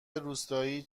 روستایی